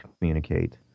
communicate